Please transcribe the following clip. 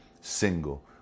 single